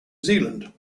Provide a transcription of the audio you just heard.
zealand